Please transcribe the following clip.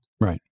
Right